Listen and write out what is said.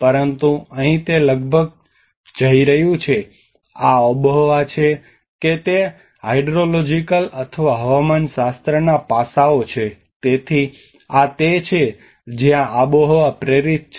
પરંતુ અહીં તે લગભગ જઈ રહ્યું છે આ આબોહવા છે કે તે હીઇડ્રોલોજીકલ અથવા હવામાનશાસ્ત્રના પાસાઓ છે તેથી આ તે છે જ્યાં આબોહવા પ્રેરિત છે